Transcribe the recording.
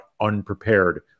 unprepared